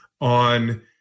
on